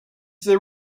there